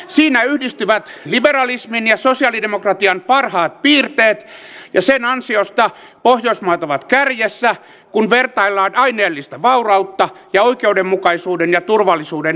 siinä yhdistyvät liberalismin ja sosiaalidemokratian parhaat piirteet ja sen ansiosta pohjoismaat ovat kärjessä kun vertaillaan aineellista vaurautta ja oikeudenmukaisuuden ja turvallisuuden indikaattoreita